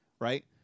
right